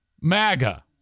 MAGA